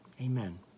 Amen